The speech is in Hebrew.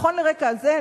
נכון לרגע זה,